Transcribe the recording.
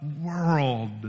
world